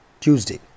tuesday